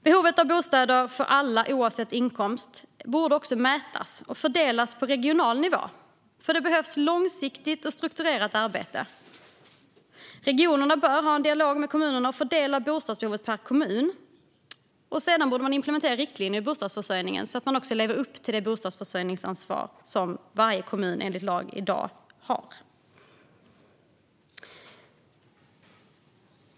Behovet av bostäder för alla, oavsett inkomst, borde mätas och fördelas på regional nivå. Det behövs ett långsiktigt och strukturerat arbete. Regionerna bör ha en dialog med kommunerna och fördela bostadsbehovet per kommun. Detta borde sedan implementeras i riktlinjer för bostadsförsörjningen så att man lever upp till det bostadsförsörjningsansvar som varje kommun i dag har enligt lag.